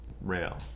rail